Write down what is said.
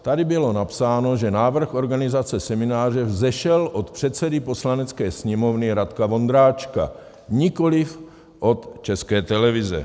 Tady bylo napsáno, že návrh organizace semináře vzešel od předsedy Poslanecké sněmovny Radka Vondráčka, nikoliv od České televize.